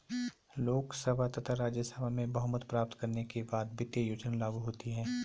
लोकसभा तथा राज्यसभा में बहुमत प्राप्त करने के बाद वित्त योजना लागू होती है